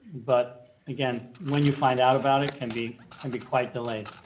but again when you find out about it can be can be quite delayed